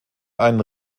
einen